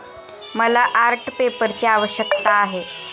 मला आर्ट पेपरची आवश्यकता आहे